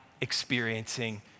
experiencing